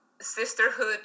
sisterhood